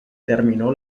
terminó